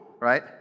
right